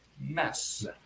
mess